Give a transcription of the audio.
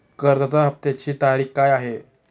कर्जाचा हफ्त्याची तारीख काय आहे?